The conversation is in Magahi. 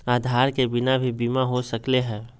आधार के बिना भी बीमा हो सकले है?